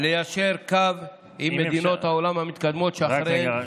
ליישר קו עם מדינות העולם המתקדמות שאחריהן,